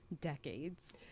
decades